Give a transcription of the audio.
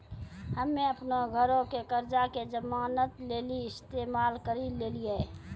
हम्मे अपनो घरो के कर्जा के जमानत लेली इस्तेमाल करि लेलियै